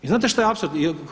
Znate šta je apsurd?